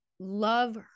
Love